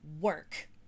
work